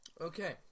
Okay